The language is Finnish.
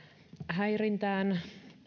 häirintään